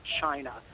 China